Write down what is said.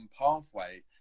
pathway